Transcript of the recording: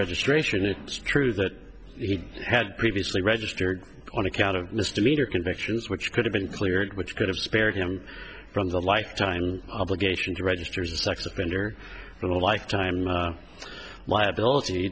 registration it's true that he had previously registered on account of misdemeanor convictions which could have been cleared which could have spared him from the lifetime obligation to register as a sex offender but a lifetime liability